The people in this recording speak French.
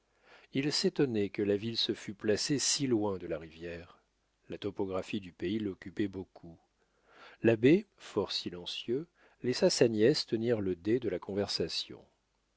il s'étonnait que la ville se fût placée si loin de la rivière la topographie du pays l'occupait beaucoup l'abbé fort silencieux laissa sa nièce tenir le dé de la conversation